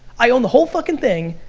i own the whole fucking thing,